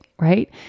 right